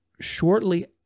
shortly